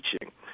teaching